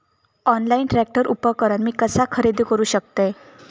Online tractor उपकरण मी कसा खरेदी करू शकतय?